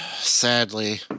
Sadly